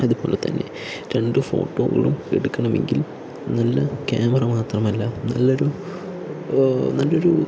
അതുപോലെ തന്നെ രണ്ട് ഫോട്ടോകളും എടുക്കണമെങ്കിൽ നല്ല ക്യാമറ മാത്രമല്ല നല്ലൊരു നല്ലൊരു